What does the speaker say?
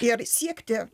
ir siekti